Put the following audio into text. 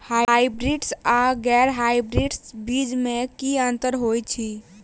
Hybrids आ गैर hybrids बीज म की अंतर होइ अछि?